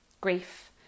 grief